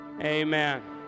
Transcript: amen